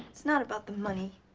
it's not about the money,